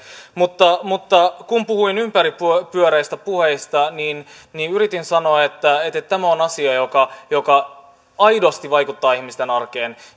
mutta mutta kun puhuin ympäripyöreistä puheista niin niin yritin sanoa että tämä on asia joka joka aidosti vaikuttaa ihmisten arkeen